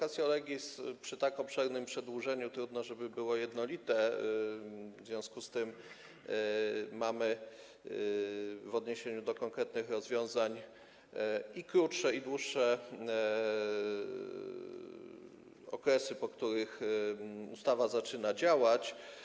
Vacatio legis, przy tak obszernym przedłożeniu, trudno, żeby było jednolite, w związku z tym mamy w odniesieniu do konkretnych rozwiązań przewidziane i krótsze, i dłuższe okresy, po których ustawa zaczyna działać.